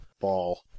ball